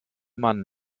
man